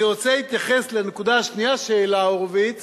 אני רוצה להתייחס לנקודה השנייה שהעלה הורוביץ